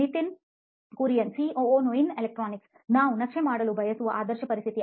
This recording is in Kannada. ನಿತಿನ್ ಕುರಿಯನ್ ಸಿಒಒ ನೋಯಿನ್ ಎಲೆಕ್ಟ್ರಾನಿಕ್ಸ್ನಾವು ನಕ್ಷೆ ಮಾಡಲು ಬಯಸುವ ಆದರ್ಶ ಪರಿಸ್ಥಿತಿ